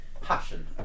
Passion